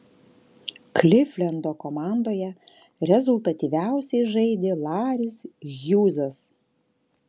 klivlendo komandoje rezultatyviausiai žaidė laris hjūzas